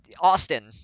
Austin